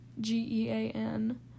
G-E-A-N